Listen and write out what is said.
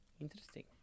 Interesting